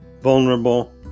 vulnerable